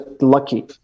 lucky